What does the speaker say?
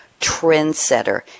trendsetter